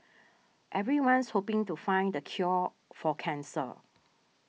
everyone's hoping to find the cure for cancer